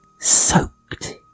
Soaked